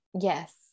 yes